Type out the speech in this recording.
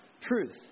truth